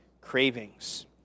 Cravings